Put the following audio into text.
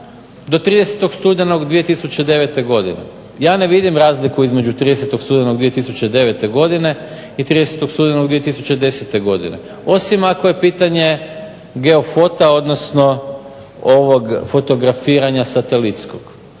do 30. studenog 2009. godine? Ja ne vidim razliku između 30. studenog 2009. godine i 30. studenog 2010. godine osim ako je pitanje geofota, odnosno ovog fotografiranja satelitskog.